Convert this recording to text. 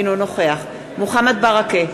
אינו נוכח מוחמד ברכה,